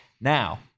Now